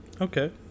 Okay